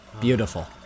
Beautiful